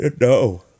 No